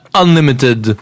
Unlimited